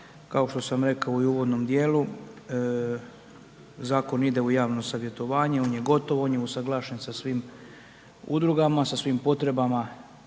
kao što sam rekao i u uvodnom djelu, zakon ide u javno savjetovanje, on je gotovo, on je usuglašen sa svim udrugama, sa svim potrebama